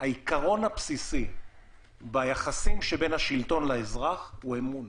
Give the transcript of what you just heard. העיקרון הבסיסי ביחסים שבין השלטון לאזרח הוא אמון,